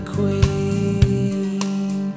Queen